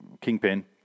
Kingpin